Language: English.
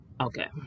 Okay